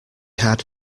had